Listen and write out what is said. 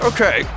Okay